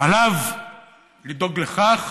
עליו לדאוג לכך